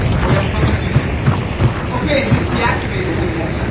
wait i'm so confused okay, and this deactivates it again,